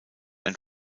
ein